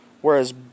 Whereas